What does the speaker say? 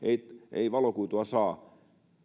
ei valokuitua saa